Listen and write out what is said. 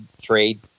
Trade